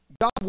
God